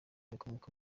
rikomoka